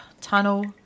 Tunnel